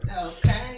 Okay